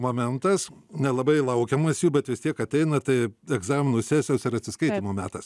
momentas nelabai laukiamas jų bet vis tiek ateina tai egzaminų sesijos ir atsiskaitymo metas